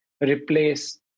replace